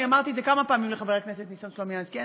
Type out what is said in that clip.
אני אמרתי את זה כמה פעמים לחבר הכנסת ניסן סלומינסקי,